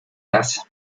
casa